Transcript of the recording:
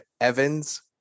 Evans